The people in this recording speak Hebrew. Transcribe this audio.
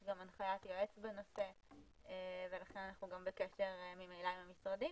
יש גם הנחיית יועץ בנושא ולכן אנחנו גם בקשר עם המשרדים.